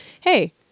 hey